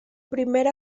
primer